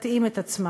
תתאים את עצמה.